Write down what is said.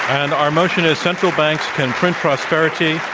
and our motion is central banks can print prosperity.